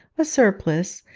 a surplice,